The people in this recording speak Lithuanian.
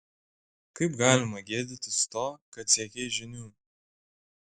kaip galima gėdytis to kad siekei žinių